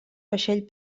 vaixell